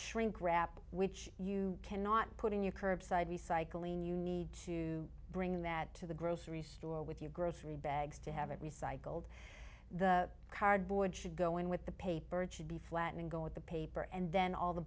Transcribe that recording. shrink wrap which you cannot put in your curbside recycling you need to bring that to the grocery store with you grocery bags to have it recycled the cardboard should go in with the paper it should be flatten and go in the paper and then all the